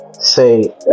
say